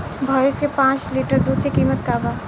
भईस के पांच लीटर दुध के कीमत का बा?